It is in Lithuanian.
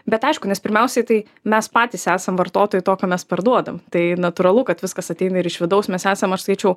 bet aišku nes pirmiausiai tai mes patys esam vartotojai to ką mes parduodam tai natūralu kad viskas ateina ir iš vidaus mes esam aš sakyčiau